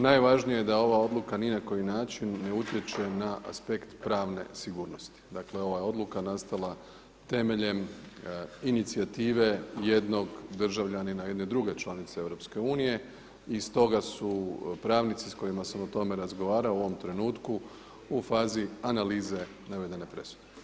Najvažnije je da ova odluka ni na koji način ne utječe na aspekt pravne sigurnosti, dakle ova je odluka nastala temeljem inicijative jednog državljanina jedne druge članice EU i stoga su pravnici s kojima sam o tome razgovarao u ovom trenutku u fazi analize navedene presude.